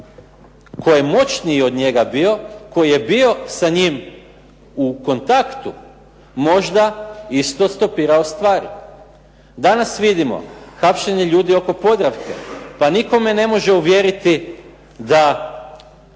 tko je moćniji od njega bio, tko je bio sa njim u kontaktu možda isto stopirao stvar? Danas vidimo hapšenje ljudi oko "Podravke", pa nitko me ne može uvjeriti da